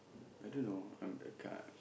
I don't know I'm the kind